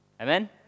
Amen